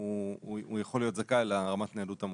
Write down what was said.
הוא יכול להיות זכאי לרמת הניידות המוגדלת.